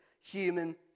human